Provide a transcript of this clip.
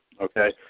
okay